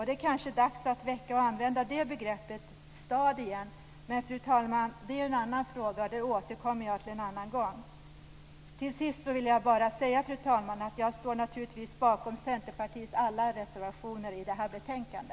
Det är kanske dags att återuppväcka och använda begreppet stad igen, men det är en annan fråga, fru talman, som jag återkommer till en annan gång. Till sist, fru talman, vill jag bara säga att jag naturligtvis står bakom Centerpartiets alla reservationer i detta betänkande.